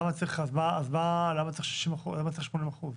אז למה צריך 80 אחוז?